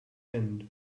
hand